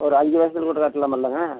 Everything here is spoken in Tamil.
ஒரு அஞ்சு வருஷத்தில் கூட கட்டலாமில்லங்க